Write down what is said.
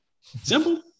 Simple